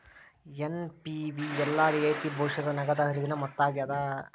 NPV ಎಲ್ಲಾ ರಿಯಾಯಿತಿ ಭವಿಷ್ಯದ ನಗದ ಹರಿವಿನ ಮೊತ್ತ ಆಗ್ಯಾದ